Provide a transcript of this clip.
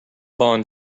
bond